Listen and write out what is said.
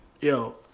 Yo